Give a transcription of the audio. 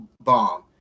bomb